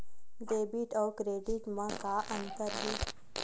Debit अउ credit म का अंतर हे?